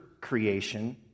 creation